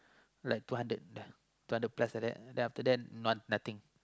like two hundred two hundred plus like that then after that nothing